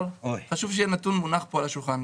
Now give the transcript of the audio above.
חשוב שיהיה נתון מונח כאן על השולחן.